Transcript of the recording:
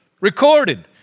recorded